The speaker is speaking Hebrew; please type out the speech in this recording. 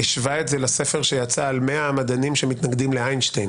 הוא השווה את זה לספר שיצא על מאה המדענים שמתנגדים לאיינשטיין